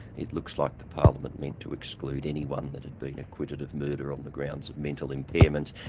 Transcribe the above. it looks like the parliament meant to exclude anyone that had been acquitted of murder on the grounds of mental impairment,